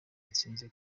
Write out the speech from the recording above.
yatsinze